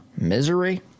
misery